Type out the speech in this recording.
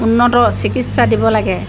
উন্নত চিকিৎসা দিব লাগে